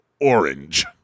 orange